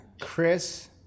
Chris